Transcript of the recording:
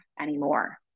anymore